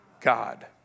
God